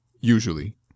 Usually